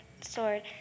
sword